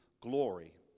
glory